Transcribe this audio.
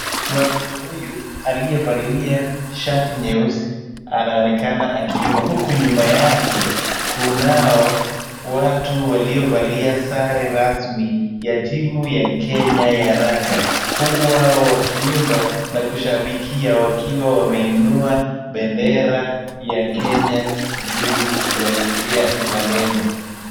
Mwanaume huyu aliyevalia shati nyeusi anaonekana akiimba huku nyuma yake kunao watu waliovalia sare rasmi ya timu ya Kenya ya raga, huku wao wakiimba na kushabikia wakiwa wameinua bendera ya Kenya juu kuashiria uzalendo.